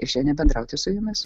ir šiandien bendrauti su jumis